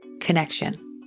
Connection